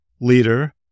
leader